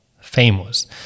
famous